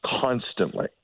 constantly